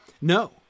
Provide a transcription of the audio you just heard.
No